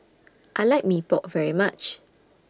I like Mee Pok very much